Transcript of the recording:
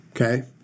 Okay